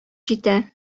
җитә